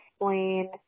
explain